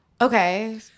Okay